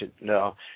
No